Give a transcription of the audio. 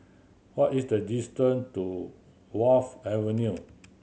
what is the distance to Wharf Avenue